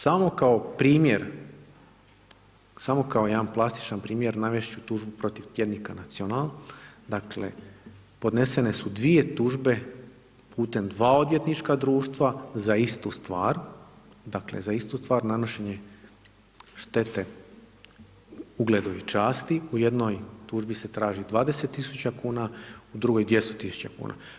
Samo kao primjer, samo kao jedna plastičan primjer, navest ću tužbu protiv tjednika Nacional dakle ponesene su dvije tužbe putem dva odvjetnička društva za istu stvar, dakle za istu stvar, nanošenje štete ugledu i časti, u jednoj tužbi se traži 20 000 kuna, u drugoj 200 000 kuna.